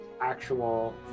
actual